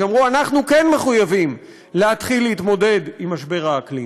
שאמרו: אנחנו כן מחויבים להתחיל להתמודד עם משבר האקלים.